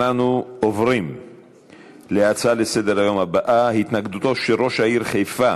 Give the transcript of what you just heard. אנחנו עוברים להצעות לסדר-היום בנושא: התנגדותו של ראש העיר חיפה